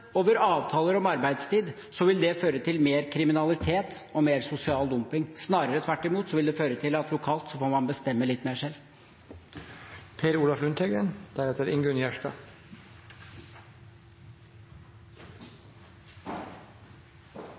over avtaler om arbeidstid, så vil det føre til mer kriminalitet og mer sosial dumping. Snarere tvert imot – det vil føre til at man får bestemme litt mer selv